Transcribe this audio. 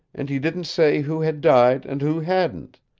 and he didn't say who had died and who hadn't.